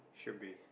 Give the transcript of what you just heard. should be